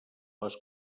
les